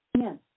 Yes